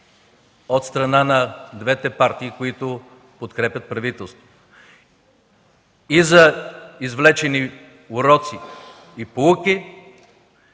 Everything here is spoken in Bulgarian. от страна на двете партии, които подкрепят правителството – и за извлечени уроци и поуки,